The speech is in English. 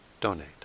donate